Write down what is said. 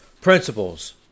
principles